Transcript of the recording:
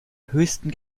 höchsten